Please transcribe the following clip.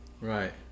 Right